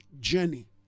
journey